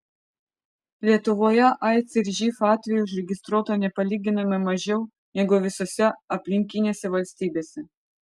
lietuvoje aids ir živ atvejų užregistruota nepalyginamai mažiau negu visose aplinkinėse valstybėse